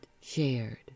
shared